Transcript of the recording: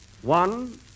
One